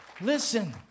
Listen